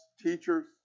teachers